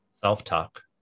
Self-talk